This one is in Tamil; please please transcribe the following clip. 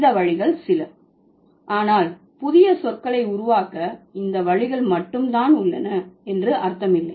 இந்த வழிகள் சில ஆனால் புதிய சொற்களை உருவாக்க இந்த வழிகள் மட்டும் தான் உள்ளன என்று அர்த்தம் இல்லை